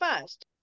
first